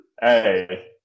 Hey